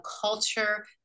culture